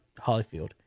Hollyfield